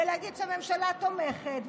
ולהגיד שהממשלה תומכת,